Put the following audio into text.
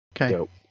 Okay